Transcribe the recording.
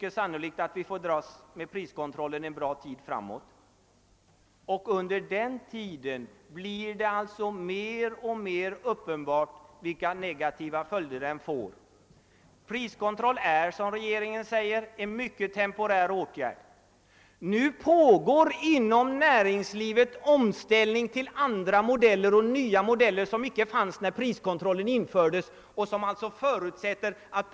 : Det är alltså möjligt att vi får dras med priskontrollen en bra tid framåt. I så fall blir det under den tiden mer och mer uppenbart vilka negativa följder den får. Priskontroll är, som regeringen säger, en mycket temporär åtgärd. Nu pågår inom näringslivet omställning till modeller som inte fanns när priskontrollen infördes och som alltså förutsätter att .